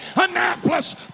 Annapolis